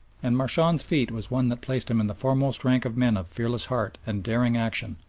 and marchand's feat was one that placed him in the foremost rank of men of fearless heart and daring action,